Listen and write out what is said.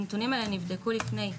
הנתונים האלה נבדקו לפני.